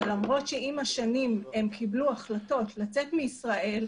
שלמרות שעם השנים הם קיבלו החלטות לצאת מישראל,